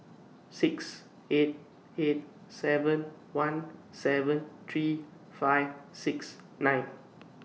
six eight eight seven one seven three five six nine